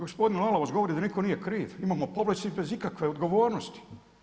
Gospodin Lalovac govori da nitko nije kriv, imamo … bez ikakve odgovornosti.